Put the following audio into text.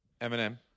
Eminem